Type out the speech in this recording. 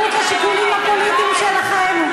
כל מה שאתם רוצים זה להכפיף את התרבות לשיקולים הפוליטיים שלכם.